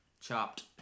Chopped